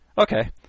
okay